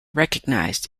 recognized